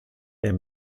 der